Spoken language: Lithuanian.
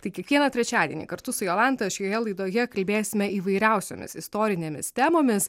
tai kiekvieną trečiadienį kartu su jolanta šioje laidoje kalbėsime įvairiausiomis istorinėmis temomis